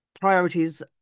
priorities